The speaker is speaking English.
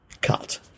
cut